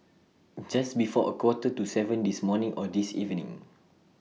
Just before A Quarter to seven This morning Or This evening